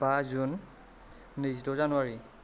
बा जुन नैजिद' जानुवारि